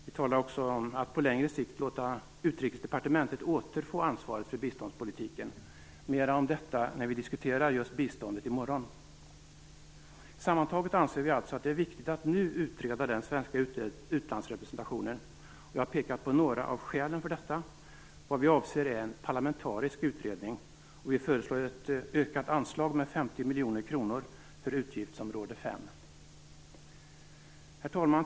Vi talar också om att på längre sikt låta Utrikesdepartementet återfå ansvaret för biståndspolitiken. Det kommer mera om detta när vi diskuterar just biståndet i morgon. Sammantaget anser vi alltså att det är viktigt att nu utreda den svenska utlandsrepresentationen. Jag har pekat på några av skälen för detta. Vad vi avser är en parlamentarisk utredning. Vi föreslår ett ökat anslag, med 50 miljoner kronor, för utgiftsområde 5. Herr talman!